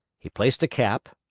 he placed a cap,